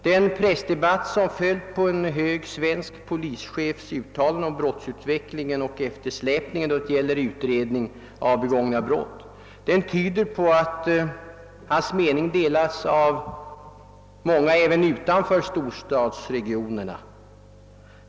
Den pressdebatt som följt efter en hög svensk polischefs uttalanden om brottsutvecklingen och eftersläpningen då det gäller utredningen av begångna brott tyder på att hans mening även delas av många som bor utanför siorstadsregionerna.